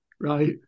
Right